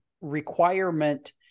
requirement